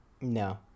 No